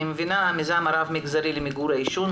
מנכ"לית המיזם הרב מגזרי למיגור העישון.